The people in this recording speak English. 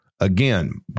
again